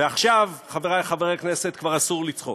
ועכשיו, חברי חברי הכנסת, כבר אסור לצחוק,